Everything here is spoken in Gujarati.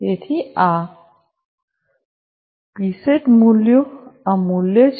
તેથી આ પીસેટ મૂલ્યો આ મૂલ્ય છે